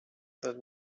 that